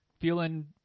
feeling